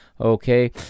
Okay